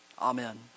Amen